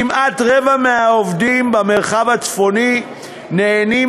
כמעט רבע מהעובדים במרחב הצפוני נהנים